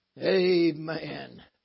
Amen